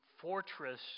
Fortress